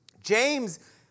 James